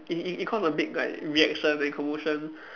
it it it caused a big like reaction and commotion